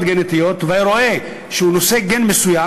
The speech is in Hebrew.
גנטיות והיה רואה שהוא נושא גן מסוים,